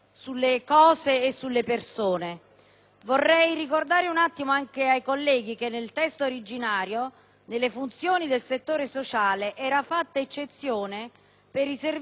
Vorrei ricordare ai colleghi che, nel testo base, con riguardo alle funzioni del settore sociale era fatta eccezione per i servizi per l'infanzia e per i minori,